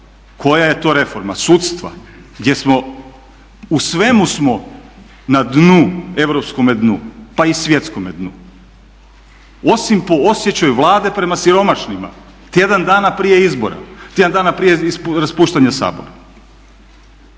koja je to reforma, sudstva, gdje smo u svemu smo na dnu, europskome dnu pa i svjetskom dnu, osim po osjećaju Vlade prema siromašnima tjedan dana prije izbora, tjedan dana prije raspuštanja Sabora.